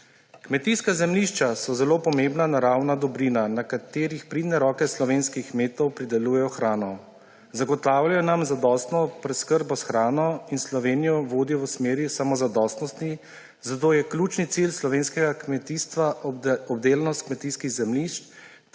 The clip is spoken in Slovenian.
Kmetijska zemljišča so zelo pomembna naravna dobrina, na katerih pridne roke slovenskih kmetov pridelujejo hrano. Zagotavljajo nam zadostno preskrbo s hrano in Slovenijo vodijo v smeri samozadostnosti, zato je ključni cilj slovenskega kmetijska obdelanost kmetijskih zemljišč